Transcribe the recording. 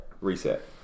reset